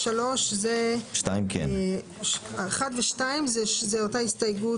1 ו-2 זו אותה הסתייגות